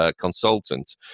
consultant